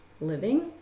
living